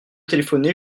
téléphoner